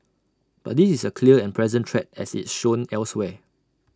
but this is A clear and present threat as it's shown elsewhere